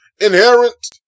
inherent